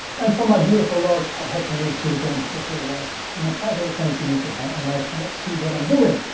and for my beautiful log, i had to move to the ground because otherwise my tripod is going to be too high and i cannot see what i'm doing.